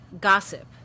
gossip